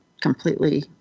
completely